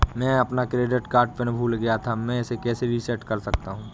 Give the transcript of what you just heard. मैं अपना credit card PIN भूल गया था मैं इसे कैसे रीसेट कर सकता हूँ?